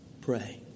pray